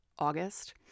August